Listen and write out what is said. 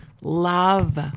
love